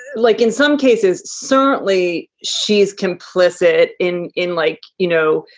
like in some cases, certainly she's complicit in in like, you know,